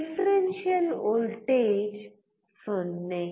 differential voltage 0